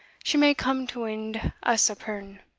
she may come to wind us a pirn.